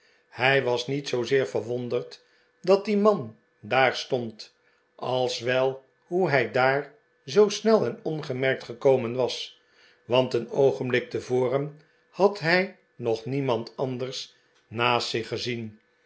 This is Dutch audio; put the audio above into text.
hij was niet zoozeer verwonderd dat die man daar stond als wel hoe hij daar zoo snel en ongemerkt gekomen was want een oogenblik tevoren had hij nog niemand anders naast zich gezien